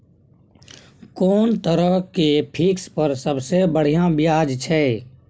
कोन तरह के फिक्स पर सबसे बढ़िया ब्याज छै?